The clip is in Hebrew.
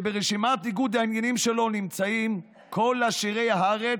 שברשימת ניגוד העניינים שלו נמצאים כל עשירי הארץ,